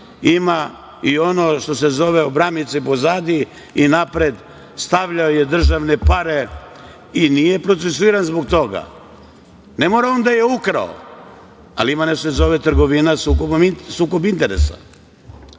ima i ono što se zove obramice pozadi i napred, stavljao je državne pare i nije procesuiran zbog toga. Ne mora on da je ukrao ali ima da se zove trgovina sukob interesa